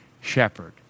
shepherd